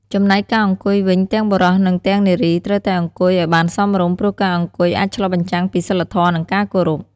ចំណែកការអង្គុយវិញទាំងបុរស និងទាំងនារីត្រូវតែអង្គុយឲ្យបានសមរម្យ ព្រោះការអង្គុយអាចឆ្លុះបញ្ចាំងពី សីលធម៌ និងការគោរព។